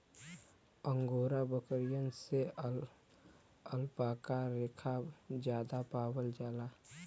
angora बकरियन से alpaca रेसा जादा पावल जाला